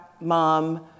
mom